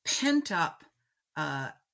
pent-up